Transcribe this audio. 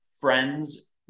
friends